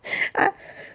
ah